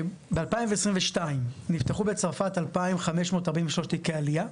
ב-2022 נפתחו בצרפת 2,543 תיקי עלייה,